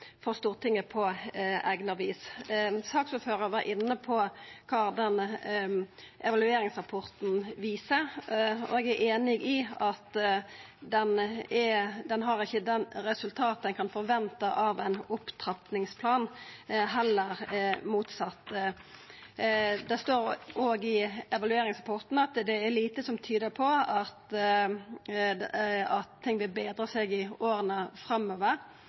for Stortinget på eigna vis. Saksordføraren var inne på kva denne evalueringsrapporten viser, og eg er einig i at resultatet er ikkje det ein kan forventa av ein opptrappingsplan – heller motsett. Det står òg i evalueringsrapporten at det er lite som tyder på at det vil betra seg i åra framover